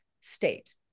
state